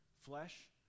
flesh